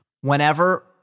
Whenever